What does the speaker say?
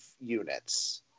units